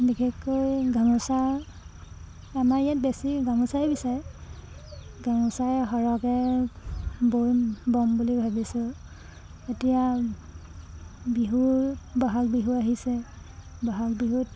বিশেষকৈ গামোচা আমাৰ ইয়াত বেছি গামোচাই বিচাৰে গামোচাই সৰহকে বৈ বম বুলি ভাবিছোঁ এতিয়া বিহুৰ বহাগ বিহু আহিছে বহাগ বিহুত